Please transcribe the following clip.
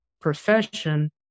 profession